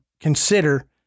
consider